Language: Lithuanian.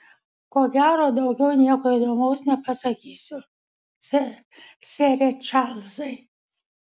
ko gero daugiau nieko įdomaus nepasakysiu sere čarlzai